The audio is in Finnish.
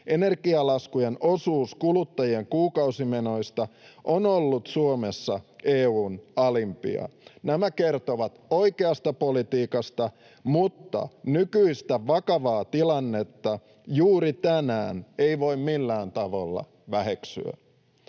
Energialaskujen osuus kuluttajien kuukausimenoista on ollut Suomessa EU:n alimpia. Nämä kertovat oikeasta politiikasta, mutta nykyistä vakavaa tilannetta juuri tänään ei voi millään tavalla väheksyä.